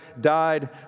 died